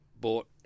bought